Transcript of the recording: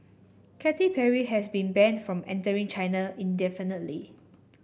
Katy Perry has been banned from entering China indefinitely